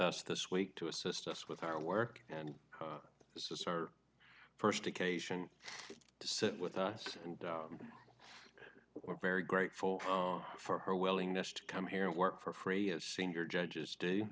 us this week to assist us with our work and this is our first occasion to sit with us and we're very grateful for her willingness to come here and work for free as senior judges do